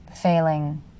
failing